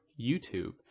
YouTube